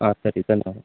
ಹಾಂ ಸರಿ ಧನ್ಯವಾದ